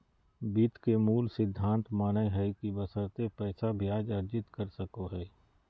वित्त के मूल सिद्धांत मानय हइ कि बशर्ते पैसा ब्याज अर्जित कर सको हइ